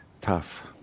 Tough